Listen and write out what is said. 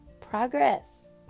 Progress